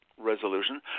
resolution